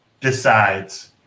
decides